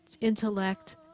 intellect